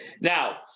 Now